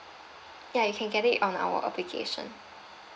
ya you can get it on our application